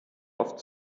oft